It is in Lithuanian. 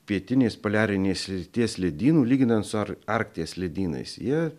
pietinės poliarinės srities ledynų lyginant su ar arkties ledynais jie